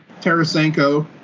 Tarasenko